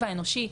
המרכיב האנושי,